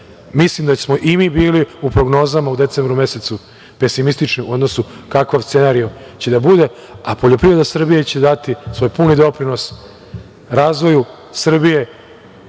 Mislim da smo i mi bili u prognozama u decembru mesecu pesimistični u odnosu kakav scenario će da bude, a poljoprivreda Srbije će dati svoj puni doprinos razvoju Srbije